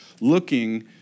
looking